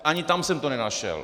Ani tam jsem to nenašel.